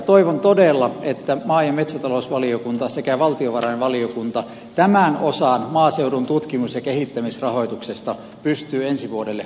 toivon todella että maa ja metsätalousvaliokunta sekä valtiovarainvaliokunta tämän osan maaseudun tutkimus ja kehittämisrahoituksesta pystyy ensi vuodelle hoitamaan